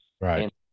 Right